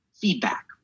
feedback